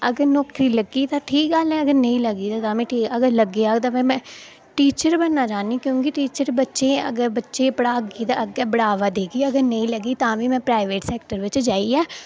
अगर नौकरी लग्गी तां ठीक गल्ल ऐ अगर नेईं लग्गी ते तां बी ठीक ऐ अगर लग्गी जाह्ग ते में टीचर बनना चाह्न्नी क्योंकि में टीचर बच्चें ई अग्गें बच्चें ई पढ़ागी ते अग्गें बढ़ावा देगी अगर नेईं लग्गी ते में तां बी में प्राइवेट सेक्टर च जाइयै